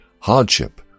hardship